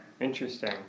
Interesting